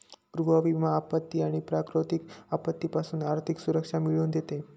गृह विमा आपत्ती आणि प्राकृतिक आपत्तीपासून आर्थिक सुरक्षा मिळवून देते